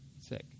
sick